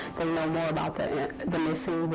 um know more about the the missing but